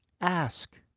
Ask